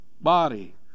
body